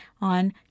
on